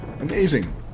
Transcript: amazing